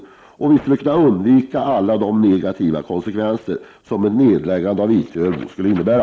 Vi skulle också kunna undvika alla de negativa konsekvenser som ett nedläggande av I3 skulle innebära.